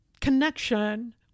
connection